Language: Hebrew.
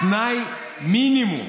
תנאי מינימום.